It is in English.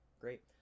great